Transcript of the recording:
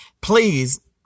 please